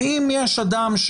אם יש אדם,